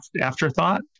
afterthought